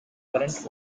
current